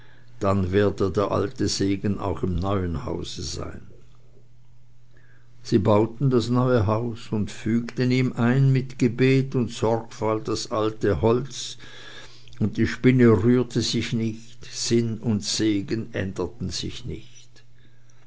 dann werde der alte segen auch im neuen hause sein sie bauten das neue haus und fügten ihm ein mit gebet und sorgfalt das alte holz und die spinne rührte sich nicht sinn und segen änderten sich nicht